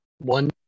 One